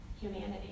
humanity